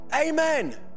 amen